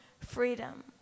freedom